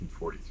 1943